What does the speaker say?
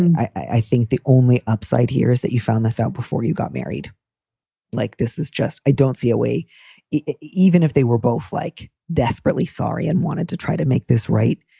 and i think the only upside here is that you found this out before you got married like this is just i don't see a way, even if they were both, like, desperately sorry and wanted to try to make this right,